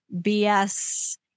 BS